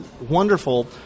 wonderful